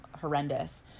horrendous